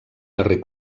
darrer